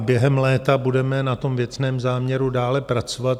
Během léta budeme na tom věcném záměru dále pracovat.